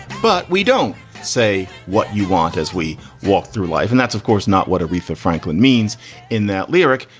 but we don't say what you want as we walk through life, and that's, of course, not what aretha franklin means in that lyric,